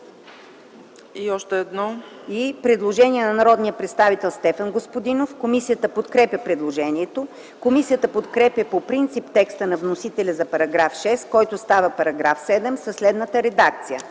Постъпило е предложение на народния представител Стефан Господинов. Комисията подкрепя предложението. Комисията подкрепя по принцип текста на вносителя за § 6, който става § 7 със следната редакция: